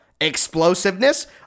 explosiveness